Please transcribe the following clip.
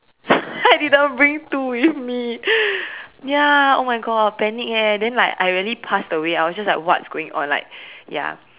I didn't bring two with me ya oh my God panic eh then like I already passed away I was just like what's going on ya